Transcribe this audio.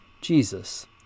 Jesus